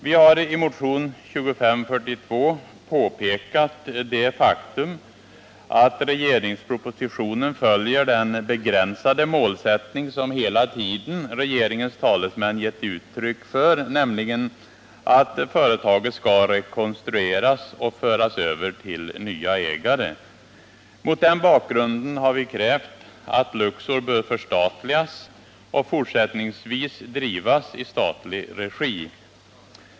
Vi har i motionen 2542 påpekat det faktum att regeringspropositionen följer den begränsade målsättning som hela tiden regeringens talesmän gett uttryck för, nämligen att företaget skall rekonstrueras och föras över till nya ägare. Mot den bakgrunden har vi krävt att Luxor skall förstatligas och fortsättningsvis drivas i statlig regi.